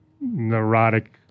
neurotic